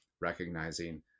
recognizing